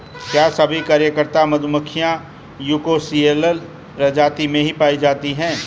क्या सभी कार्यकर्ता मधुमक्खियां यूकोसियल प्रजाति में ही पाई जाती हैं?